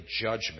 judgment